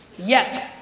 yet,